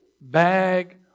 bag